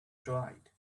dried